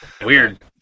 Weird